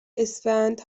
اسفند